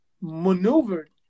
maneuvered